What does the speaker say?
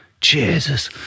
Jesus